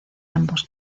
ambos